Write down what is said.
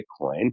Bitcoin